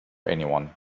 anyone